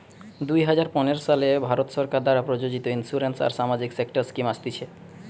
দুই হাজার পনের সালে ভারত সরকার দ্বারা প্রযোজিত ইন্সুরেন্স আর সামাজিক সেক্টর স্কিম আসতিছে